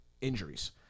injuries